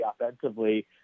offensively